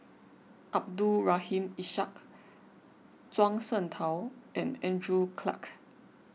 Abdul Rahim Ishak Zhuang Shengtao and Andrew Clarke